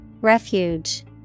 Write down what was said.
Refuge